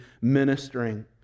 ministering